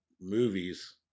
movies